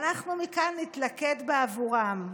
אנחנו מכאן נתלכד עבורם.